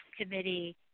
committee